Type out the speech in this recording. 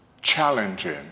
challenging